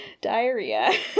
diarrhea